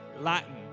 Latin